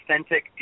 authentic